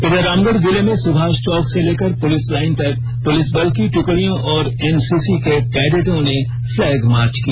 इधर रामगढ़ जिले में सुभाष चौक से लेकर पुलिस लाइन तक पुलिस बल की ट्कड़ियों और एनसीसी के कैडेटों ने फ्लैग मार्च किया